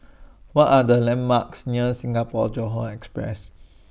What Are The landmarks near Singapore Johore Express